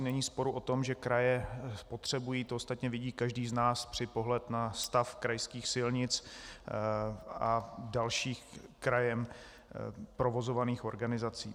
Není sporu o tom, že ji kraje potřebují, to ostatně vidí každý z nás při pohledu na stav krajských silnic a dalších krajem provozovaných organizací.